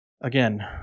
again